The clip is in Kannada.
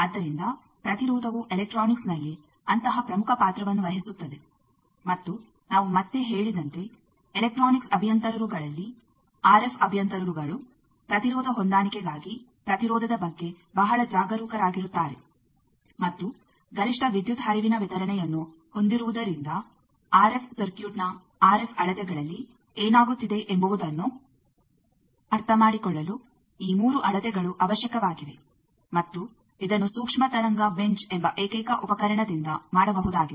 ಆದ್ದರಿಂದ ಪ್ರತಿರೋಧವು ಎಲೆಕ್ಟ್ರಾನಿಕ್ಸ್ನಲ್ಲಿ ಅಂತಹ ಪ್ರಮುಖ ಪಾತ್ರವನ್ನು ವಹಿಸುತ್ತದೆ ಮತ್ತು ನಾವು ಮತ್ತೆ ಹೇಳಿದಂತೆ ಎಲೆಕ್ಟ್ರಾನಿಕ್ಸ್ ಅಭಿಯಂತರರುಗಳಲ್ಲಿ ಆರ್ಎಫ್ ಅಭಿಯಂತರರುಗಳು ಪ್ರತಿರೋಧ ಹೊಂದಾಣಿಕೆಗಾಗಿ ಪ್ರತಿರೋಧದ ಬಗ್ಗೆ ಬಹಳ ಜಾಗರೂಕರಾಗಿರುತ್ತಾರೆ ಮತ್ತು ಗರಿಷ್ಠ ವಿದ್ಯುತ್ ಹರಿವಿನ ವಿತರಣೆಯನ್ನು ಹೊಂದಿರುವುದರಿಂದ ಆರ್ಎಫ್ ಸರ್ಕ್ಯೂಟ್ನ ಆರ್ಎಫ್ ಅಳತೆಗಳಲ್ಲಿ ಏನಾಗುತ್ತಿದೆ ಎಂಬುವುದನ್ನು ಅರ್ಥಮಾಡಿಕೊಳ್ಳಲು ಈ 3 ಅಳತೆಗಳು ಅವಶ್ಯಕವಾಗಿವೆ ಮತ್ತು ಇದನ್ನು ಸೂಕ್ಷ್ಮ ತರಂಗ ಬೆಂಚ್ ಎಂಬ ಏಕೈಕ ಉಪಕರಣದಿಂದ ಮಾಡಬಹುದಾಗಿದೆ